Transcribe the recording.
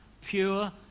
pure